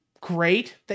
great